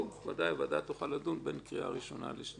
ודאי תוכל לדון לבין הקריאה השנייה והשלישית.